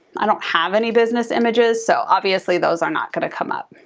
i don't have any business images, so obviously those are not gonna come up.